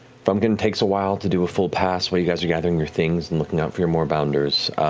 frumpkin takes a while to do a full pass while you guys are gathering your things and looking out for your moorbounders.